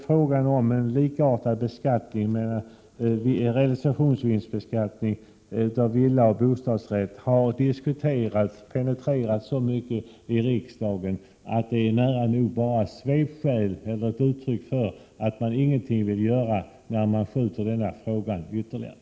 Frågan om en likartad realisationsvinstsbeskattning av villor och bostadsrätter har diskuterats och penetrerats så mycket i riksdagen att det är nära nog bara svepskäl eller ett uttryck för att man ingenting vill göra när man skjuter upp frågan ytterligare.